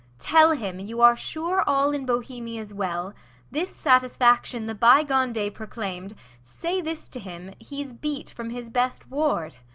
tell him you are sure all in bohemia's well this satisfaction the by-gone day proclaimed say this to him, he's beat from his best ward.